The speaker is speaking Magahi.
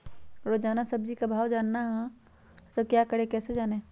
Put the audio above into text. रोजाना सब्जी का भाव जानना हो तो क्या करें कैसे जाने?